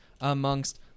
amongst